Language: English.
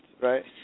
right